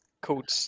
called